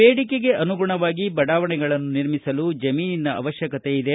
ಬೇಡಿಕೆಗೆ ಅನುಗುಣವಾಗಿ ಬಡಾವಣೆಗಳನ್ನು ನಿರ್ಮಿಸಲು ಜಮೀನಿನ ಅವಶ್ಯಕತೆ ಇದೆ